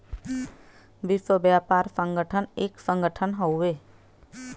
विश्व व्यापार संगठन एक संगठन हउवे